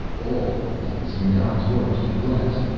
all the things in god's world he blessed,